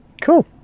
Cool